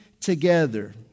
together